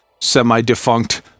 semi-defunct